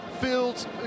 Fields